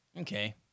Okay